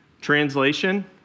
Translation